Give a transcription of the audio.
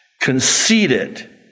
conceited